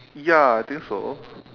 ya I think so